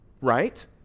Right